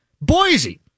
Boise